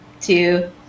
two